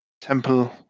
temple